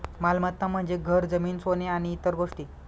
मालमत्ता म्हणजे घर, जमीन, सोने आणि इतर गोष्टी